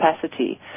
capacity